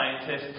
scientists